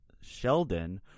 Sheldon